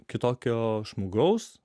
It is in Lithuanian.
kitokio žmogaus